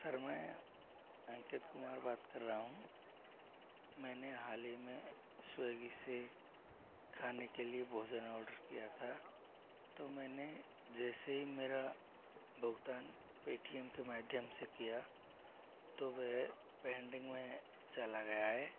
sir मैं अंकित कुमार बात कर रहा हूँ मैंने हाल ही में स्वेगी से खाने के लिए भोजन ऑर्डर किया था तो मैंने जैसे ही मेरा भुगतान पेटीएम के माध्यम से किया तो वह पेन्डिंग में चला गया है